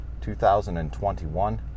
2021